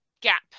gap